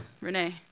Renee